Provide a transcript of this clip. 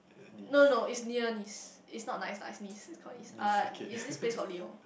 no no is near Nice it's not nice ah is Nice it's called Nice uh it's this place called Lyon